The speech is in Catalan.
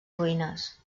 ruïnes